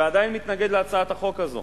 ועדיין מתנגד להצעת החוק הזו.